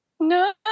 No